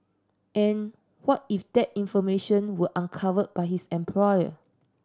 and what if that information were uncovered by his employer